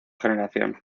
generación